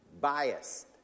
biased